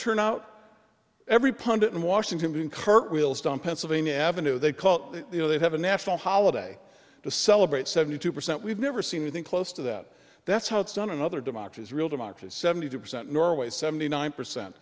turnout every pundit in washington kirk williston pennsylvania avenue they call you know they have a national holiday to celebrate seventy two percent we've never seen anything close to that that's how it's done in other democracies real democracy seventy two percent norway seventy nine percent